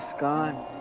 god,